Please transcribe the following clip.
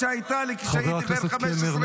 שהייתה לי כשהייתי בן 15. חבר הכנסת קלנר,